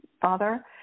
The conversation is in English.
father